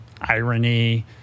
irony